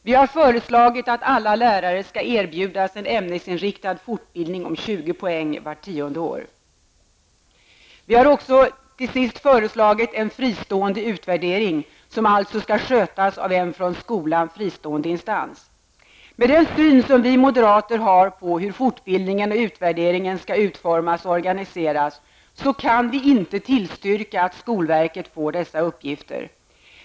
Vi har föreslagit att alla lärare skall erbjudas en ämnesinriktad fortbildning om 20 poäng vart tionde år. Vi har också föreslagit en fristående utvärdering, som således skall skötas av en från skolan fristående instans. Med den syn som vi moderater har på hur fortbildningen och utvärderingen skall utformas och organiseras, kan vi inte tillstyrka att skolverket får dessa uppgifter.